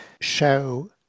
show